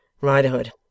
Riderhood